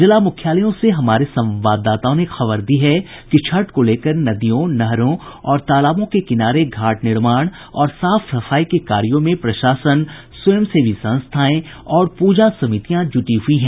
जिला मुख्यालयों से हमारे संवाददाताओं ने खबर दी है कि छठ को लेकर नदियों नहरों और तालाबों के किनारे घाट निर्माण और साफ सफाई के कार्यों में प्रशासन स्वयंसेवी संस्थाएं और पूजा समितियां जुटी हुई हैं